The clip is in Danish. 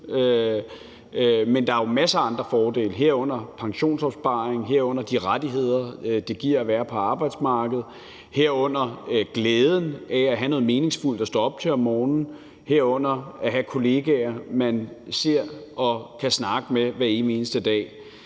Men der er jo masser af andre fordele, herunder pensionsopsparing; herunder de rettigheder, det giver at være på arbejdsmarkedet; herunder glæden af at have noget meningsfuldt at stå op til om morgenen; herunder at have kollegaer, man ser og kan snakke med hver evig eneste dag.